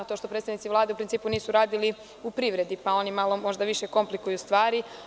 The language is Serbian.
To što predstavnici Vlade u principu nisu radili u privredi, pa oni možda malo više komplikuju stvari.